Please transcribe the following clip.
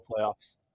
playoffs